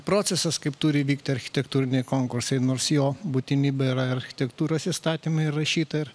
procesas kaip turi vykti architektūriniai konkursai nors jo būtinybė yra architektūros įstatyme įrašyta ir